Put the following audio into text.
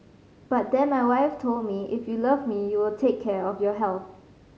but then my wife told me if you love me you will take care of your health